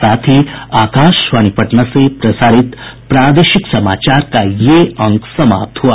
इसके साथ ही आकाशवाणी पटना से प्रसारित प्रादेशिक समाचार का ये अंक समाप्त हुआ